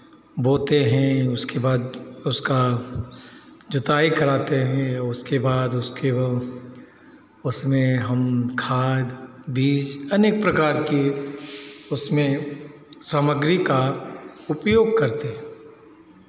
बोते हैं उसके बाद उसका जोताई कराते हैं उसके बाद उसके वो उसमें हम खाद बीज अनेक प्रकार के उसमें सामग्री का उपयोग करते हैं